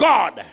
God